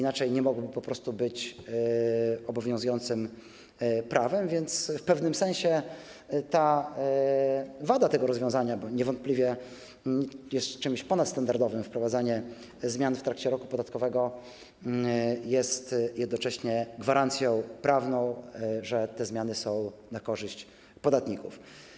Nie mogłyby po prostu być obowiązującym prawem, więc w pewnym sensie wada tego rozwiązania - niewątpliwie jest czymś ponadstandardowym wprowadzanie zmian w trakcie roku podatkowego - jest jednocześnie gwarancją prawną, że wprowadzane zmiany są korzystne dla podatników.